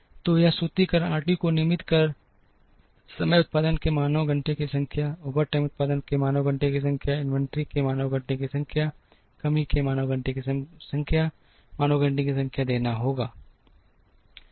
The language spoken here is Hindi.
तो यह सूत्रीकरण आरटी को नियमित समय उत्पादन के मानव घंटे की संख्या ओवरटाइम उत्पादन के मानव घंटे की संख्या इन्वेंट्री के मानव घंटे की संख्या कमी के मानव घंटे की संख्या मानव घंटे की संख्या होने देगा